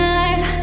life